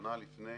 ששנה לפני